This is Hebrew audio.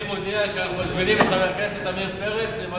אני מודיע שאנחנו מזמינים את חבר הכנסת עמיר פרץ לוועדת הכספים.